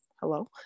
hello